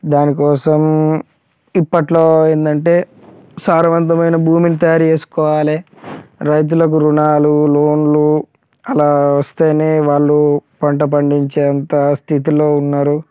దాని కోసం ఇప్పట్లో ఏంటంటే సారవంతమైన భూమిని తయారు చేసుకోవాలి రైతులకు రుణాలు లోన్లు అలా వస్తే వాళ్ళు పంట పండించే అంత స్థితిలో ఉన్నారు